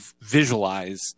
visualize